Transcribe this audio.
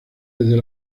desde